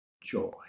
joy